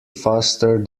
faster